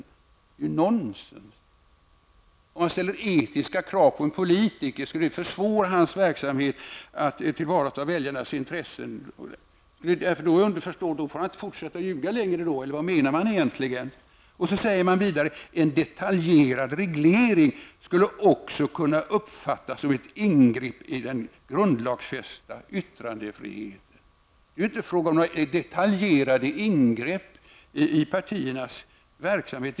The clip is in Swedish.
Det är ju nonsens! Om man ställer etiska krav på en politiker, skulle det alltså försvåra hans verksamhet att tillvarata väljarnas intressen! Skall därmed underförstås att han inte får fortsätta att ljuga längre? Eller vad menar man egentligen? Vidare skriver utskottet: ''En detaljerad reglering skulle också kunna uppfattas som ett ingrepp i den grundlagfästa yttrandefriheten.'' Det är ju inte fråga om några detaljerade ingrepp i partiernas verksamhet.